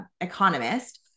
economist